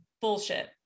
bullshit